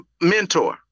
mentor